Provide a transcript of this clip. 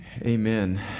Amen